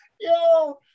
Yo